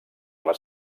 les